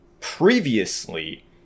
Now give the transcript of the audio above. previously